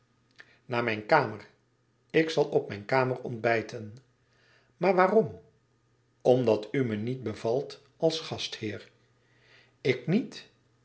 naar mijn kamer ik zal op mijn kamer ontbijten maar waarom omdat u me niet bevalt als gastheer ik niet